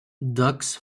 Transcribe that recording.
ducks